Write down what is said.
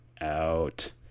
out